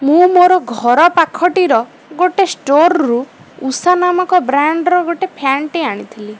ମୁଁ ମୋର ଘର ପାଖଟିର ଗୋଟେ ଷ୍ଟୋର୍ରୁ ଉଷା ନାମକ ବ୍ରାଣ୍ଡର ଗୋଟେ ଫ୍ୟାନ୍ଟି ଆଣିଥିଲି